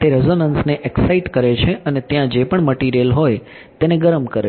તે રેઝોનન્સને એક્ષાઈટ કરે છે અને ત્યાં જે પણ મટીરીયલ હોય તેને ગરમ કરે છે